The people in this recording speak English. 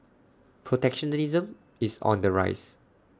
protectionism is on the rise